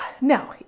Now